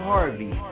Harvey